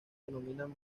denominan